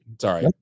Sorry